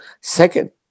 second